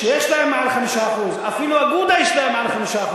שיש להם מעל 5%. אפילו אגודה יש להם מעל 5%,